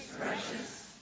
precious